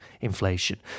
inflation